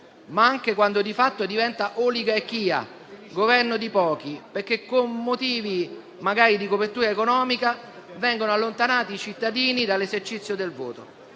ma anche quando di fatto diventa oligarchia, governo di pochi, perché, con motivi magari di copertura economica, vengono allontanati i cittadini dall'esercizio del voto.